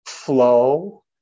Flow